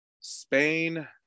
Spain